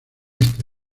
este